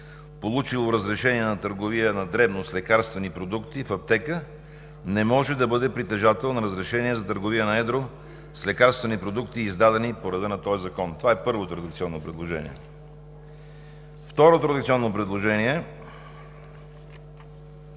получило разрешение за търговия на дребно с лекарствени продукти в аптека, не може да бъде притежател на разрешение за търговия на едро с лекарствени продукти, издадени по реда на този закон.“ Това е първото редакционно предложение. Второто редакционно предложение –